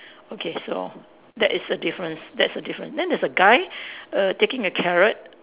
okay so that is a difference that's a difference then there is a guy err taking a carrot